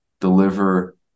deliver